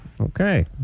Okay